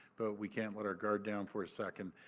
but we cannot let our guard down for a second.